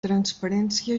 transparència